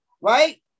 Right